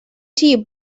tnt